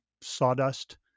sawdust